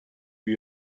lui